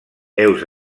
heus